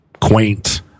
quaint